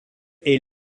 est